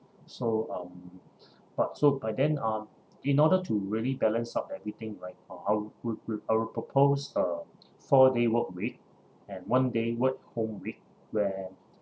so um but so but then uh in order to really balance up everything right uh I'll will will I will proposed uh four day work week and one day work home week where